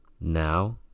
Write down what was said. Now